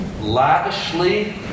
lavishly